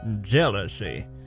Jealousy